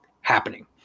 happening